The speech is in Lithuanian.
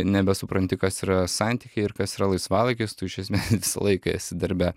nebesupranti kas yra santykiai ir kas yra laisvalaikis tu iš esmės visą laiką esi darbe